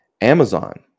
Amazon